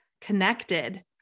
connected